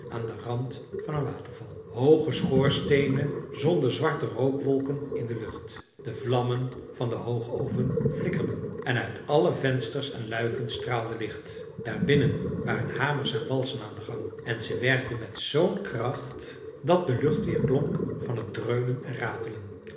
aan den rand van een waterval hooge schoorsteenen zonden zwarte rookwolken in de lucht de vlammen van den hoogoven flikkerden en uit alle vensters en luiken straalde licht daarbinnen waren hamers en walsen aan den gang en ze werkten met zoo'n kracht dat de lucht weerklonk van het dreunen en ratelen